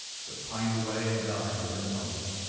but pined away and died within a month.